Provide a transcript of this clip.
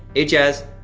ajaz